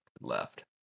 left